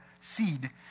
seed